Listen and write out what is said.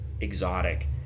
exotic